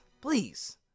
please